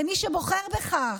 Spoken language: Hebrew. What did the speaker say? למי שבוחר בכך.